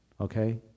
okay